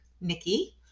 Nikki